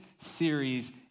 series